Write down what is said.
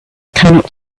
cannot